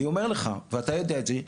אני אומר את זה ואתה יודע את זה,